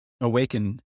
awaken